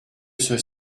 ceux